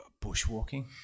bushwalking